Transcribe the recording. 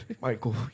Michael